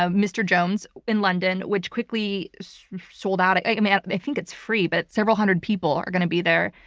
ah mr. jones, in london, which quickly sold out. i mean like and i think it's free, but several hundred people are going to be there.